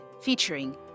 featuring